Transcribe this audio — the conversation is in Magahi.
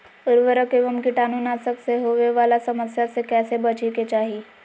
उर्वरक एवं कीटाणु नाशक से होवे वाला समस्या से कैसै बची के चाहि?